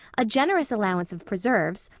a generous allowance of preserves,